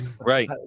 right